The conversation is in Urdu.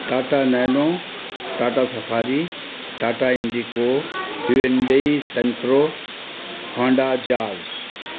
Tata Nano Tata Safari Tata Indigo ینڈی سینٹرو ہونڈا جاز